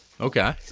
Okay